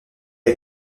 est